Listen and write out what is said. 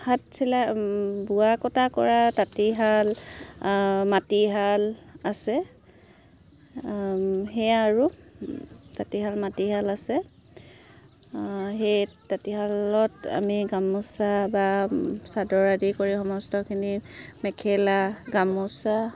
হাত চিলা বোৱা কটা কৰা তাঁতীশাল মাটিশাল আছে সেয়া আৰু তাঁতীশাল মাটিশাল আছে সেই তাঁতীশালত আমি গামোচা বা চাদৰ আদি কৰি সমস্তখিনি মেখেলা গামোচা